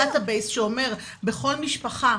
למשרד הבטחון יהיה דאטה בייס שאומר שבכל משפחה,